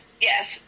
Yes